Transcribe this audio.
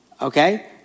okay